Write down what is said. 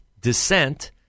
descent